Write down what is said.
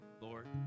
Lord